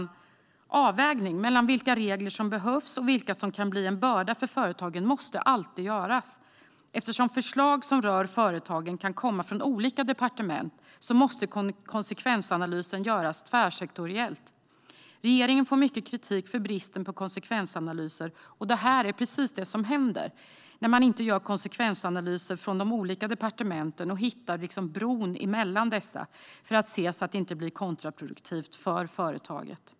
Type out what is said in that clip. En avvägning mellan vilka regler som behövs och vilka som kan bli en börda för företagen måste alltid göras. Eftersom förslag som rör företagen kan komma från olika departement måste konsekvensanalysen göras tvärsektoriellt. Regeringen får mycket kritik för bristen på konsekvensanalyser. Man måste slå broar mellan departementen så att förslagen inte blir kontraproduktiva för företagen.